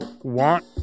want